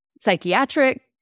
psychiatric